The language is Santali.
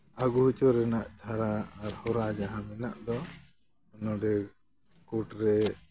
ᱞᱟᱹᱜᱩ ᱦᱚᱪᱚ ᱨᱮᱱᱟᱜ ᱫᱷᱟᱨᱟ ᱟᱨ ᱦᱚᱨᱟ ᱡᱟᱦᱟᱸ ᱢᱮᱱᱟᱜ ᱫᱚ ᱱᱚᱸᱰᱮ ᱠᱳᱨᱴ ᱨᱮ